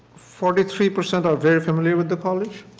forty three percent are very familiar with the college.